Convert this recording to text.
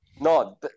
No